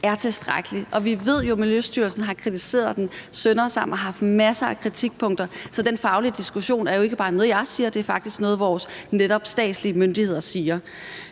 er tilstrækkelig, og vi ved jo, at Miljøstyrelsen har kritiseret den sønder og sammen og har haft masser af kritikpunkter, så den faglige diskussion er jo ikke bare noget, jeg siger; det er faktisk noget, vores netop statslige myndigheder siger.